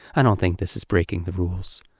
i don't think this is breaking the rules.